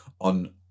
on